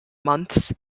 months